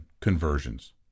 conversions